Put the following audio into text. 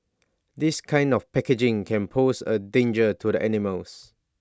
this kind of packaging can pose A danger to the animals